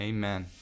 Amen